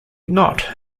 not